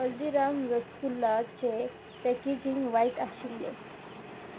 हल्दीराम रसगुल्लाचे पॅकेजींग वायट आशिल्ले